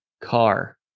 car